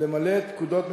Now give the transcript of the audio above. למלא את פקודות מפקדיו.